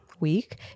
week